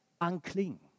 unclean